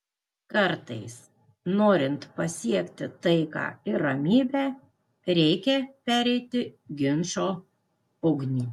kartais norint pasiekti taiką ir ramybę reikia pereiti ginčo ugnį